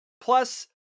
plus